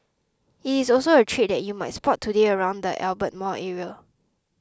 it is also a trade that you might spot today around the Albert Mall area